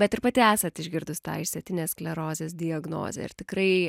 bet ir pati esat išgirdus tą išsėtinės sklerozės diagnozę ir tikrai